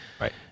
Right